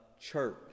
church